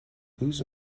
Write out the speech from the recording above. whose